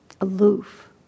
aloof